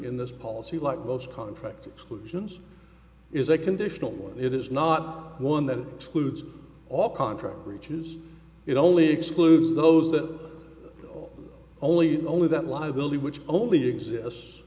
in this policy like most contract exclusions is a conditional it is not one that excludes all contract breaches it only excludes those that only only that liability which only exists